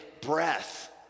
breath